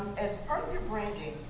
as part of your branding,